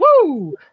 Woo